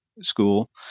school